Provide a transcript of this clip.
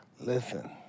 Listen